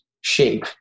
shape